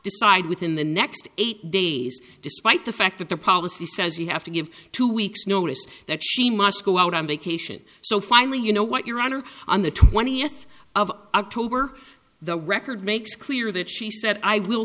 decide within the next eight days despite the fact that the policy says you have to give two weeks notice that she must go out on vacation so finally you know what your honor on the twentieth of october the record makes clear that she said i will